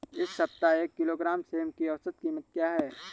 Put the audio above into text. इस सप्ताह एक किलोग्राम सेम की औसत कीमत क्या है?